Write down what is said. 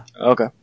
Okay